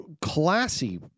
classy